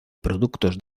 productos